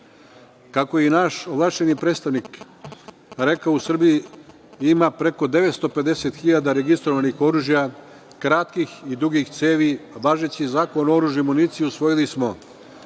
je naš ovlašćeni predstavnik rekao, u Srbiji ima preko 950 hiljada registrovanih oružja, kratkih i dugih cevi. Važeći Zakon o oružju i municiji usvojili smo